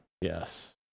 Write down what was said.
yes